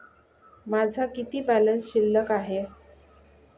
माझा किती बॅलन्स शिल्लक आहे?